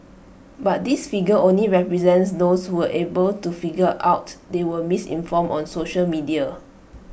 but this figure only represents those who were able to figure out they were misinformed on social media